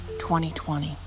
2020